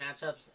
matchups